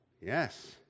Yes